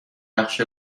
بخش